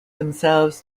themselves